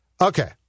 Okay